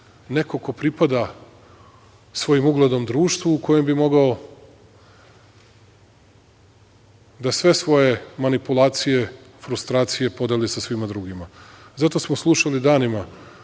neko ko pripada svojim ugledom društvu, u kojem bi mogao da se svoje manipulacije, frustracije podeli sa svima drugima. Zato smo slušali danima